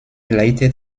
leitet